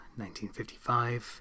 1955